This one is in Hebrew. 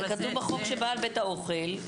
כתוב בחוק שבעל בית האוכל,